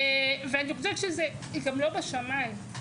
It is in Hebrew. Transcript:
ואני חושבת שזה גם לא בשמיים,